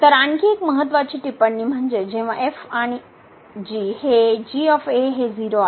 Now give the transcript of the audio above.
तरआणखी एक महत्त्वाची टिप्पणीम्हणजे जेंव्हाआणि हे आणि हे 0 आहे